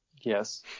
Yes